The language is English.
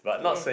yeah